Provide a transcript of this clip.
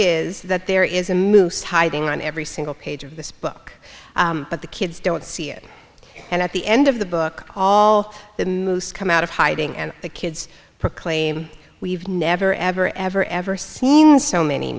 is that there is a moose hiding on every single page of this book but the kids don't see it and at the end of the book all the moves come out of hiding and the kids proclaim we've never ever ever ever seen so many